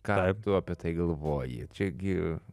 ką tu apie tai galvoji čia gi